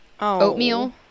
oatmeal